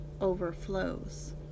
overflows